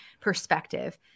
perspective